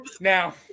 now